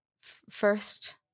first